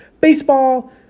baseball